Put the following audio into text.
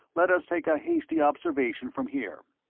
let us take a hasty observation from here.